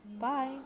Bye